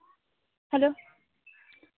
hello